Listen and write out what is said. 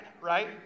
right